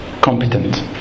competent